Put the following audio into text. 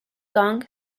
gong